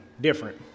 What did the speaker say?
different